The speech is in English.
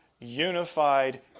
unified